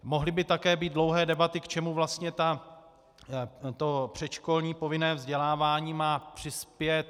Mohly by také být dlouhé debaty, k čemu vlastně předškolní povinné vzdělávání má přispět.